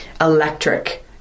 electric